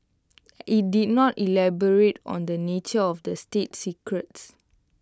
IT did not elaborate on the nature of the state secrets